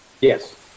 Yes